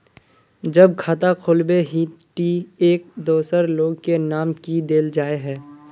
जब खाता खोलबे ही टी एक दोसर लोग के नाम की देल जाए है?